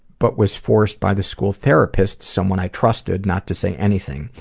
but was forced by the school therapist, someone i trusted not to say anything.